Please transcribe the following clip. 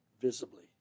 visibly